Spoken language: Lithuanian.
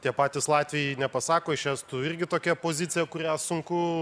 tie patys latviai nepasako iš estų irgi tokia pozicija kurią sunku